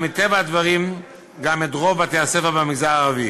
ומטבע הדברים גם את רוב בתי-הספר במגזר הערבי.